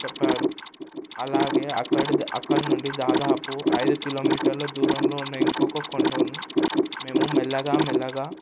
చెప్పారు అలాగే అక్కడిది అక్కడి నుండి దాదాపు ఐదు కిలోమీటర్లు దూరంలో ఉన్న ఇంకొక కొండను మేము మెల్లగా మెల్లగా